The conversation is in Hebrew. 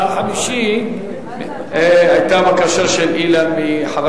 אתה החמישי, היתה בקשה של אילן מחבר